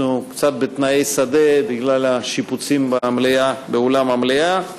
אנחנו קצת בתנאי שדה, בגלל השיפוצים באולם המליאה.